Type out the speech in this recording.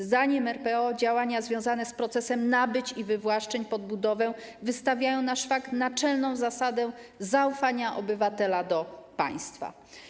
Zdaniem RPO działania związane z procesem nabyć i wywłaszczeń pod budowę wystawiają na szwank naczelną zasadę zaufania obywatela do państwa.